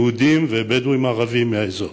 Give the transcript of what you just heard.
יהודים ובדואים ערבים מהאזור.